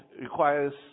requires